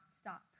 stop